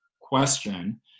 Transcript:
question